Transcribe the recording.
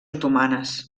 otomanes